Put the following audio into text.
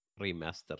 Remaster